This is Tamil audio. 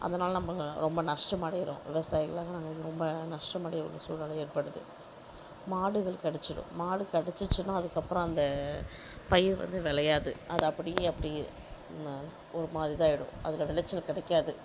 அதனால நம்மளும் ரொம்பா நஷ்டம் அடைகிறோம் விவசாயகளெலாம் நாங்கள் வந்து ரொம்ப நஷ்டம் அடைய வேண்டிய சூழ்நிலை ஏற்படுது மாடுகள் கடிச்சிடும் மாடு கடிச்சிச்சுன்னா அதுக்கு அப்புறம் அந்த பயிர் வந்து விளையாது அது அப்படியே அப்படியே இன்னும் ஒரு மாதிரி இதாகிடும் அதில் விளைச்சல் கிடைக்காது